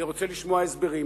אני רוצה לשמוע הסברים,